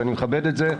ואני מכבד את זה,